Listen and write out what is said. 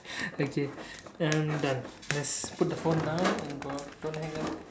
okay I'm done let's put the phone down and don't hang up